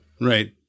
Right